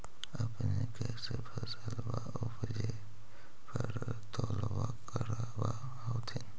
अपने कैसे फसलबा उपजे पर तौलबा करबा होत्थिन?